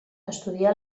estudià